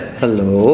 hello